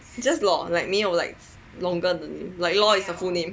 just law like 没有 like long 的 name like law is the full name